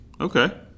Okay